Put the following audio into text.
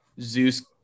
Zeus